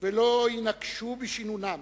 ולא יינקשו בשינונם